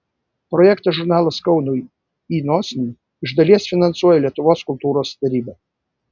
projektą žurnalas kaunui į iš dalies finansuoja lietuvos kultūros taryba